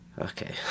okay